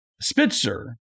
Spitzer